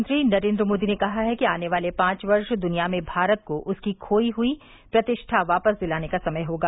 प्रधानमंत्री नरेन्द्र मोदी ने कहा है कि आने वाले पांच वर्ष दुनिया में भारत को उसकी खोई हुई प्रतिष्ठा वापस दिलाने का समय होगा